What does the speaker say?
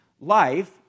life